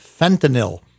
fentanyl